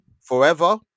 Forever